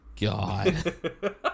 God